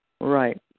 Right